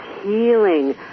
healing